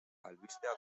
albistea